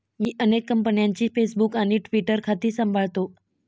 मी अनेक कंपन्यांची फेसबुक आणि ट्विटर खाती सांभाळतो